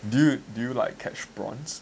do you do you like catch prawns